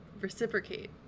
reciprocate